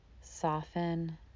Soften